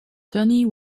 tunney